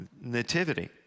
nativity